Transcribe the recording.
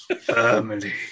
Family